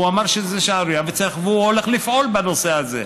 ואמר שזו שערורייה והוא הולך לפעול בנושא הזה.